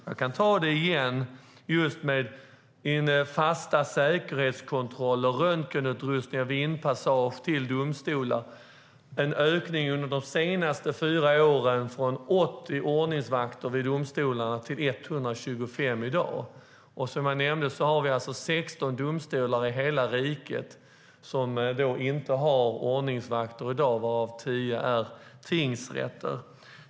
Jag kan ta det igen: fasta säkerhetskontroller, röntgenutrustning vid inpassage till domstolar och en ökning under de senaste fyra åren från 80 ordningsvakter vid domstolarna till 125 i dag. Och som jag nämnde är det alltså 16 domstolar i hela riket som inte har ordningsvakter i dag, varav 10 är tingsrätter.